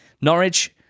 Norwich